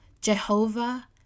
Jehovah